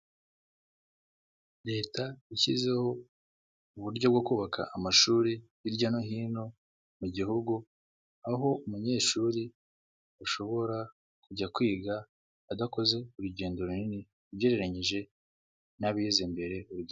Leta yashyizeho uburyo bwo kubaka amashuri hirya no hino mu gihugu, aho umunyeshuri ashobora kujya kwiga adakoze urugendo runini ugereranyije n'abize imbere....